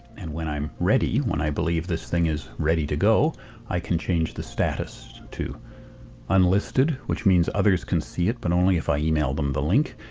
and, when i'm ready when i believe this thing is ready to go i can change the status to unlisted, which means others can see it but only if i email them the link,